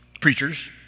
preachers